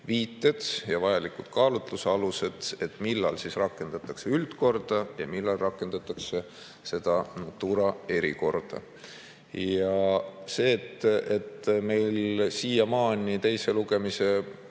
viited ja vajalikud kaalutluse alused, millal rakendatakse üldkorda ja millal rakendatakse seda Natura erikorda. See, et meil siiamaani, teise lugemise